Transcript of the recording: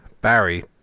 Barry